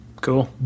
Cool